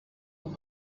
amb